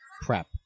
prep